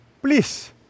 Please